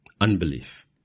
unbelief